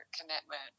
commitment